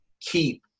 keep